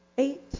Eight